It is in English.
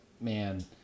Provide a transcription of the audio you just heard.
man